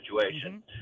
situation